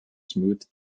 smooth